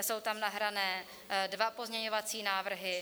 Jsou tam nahrané dva pozměňovací návrhy.